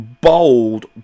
bold